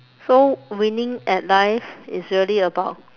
so winning at life is really about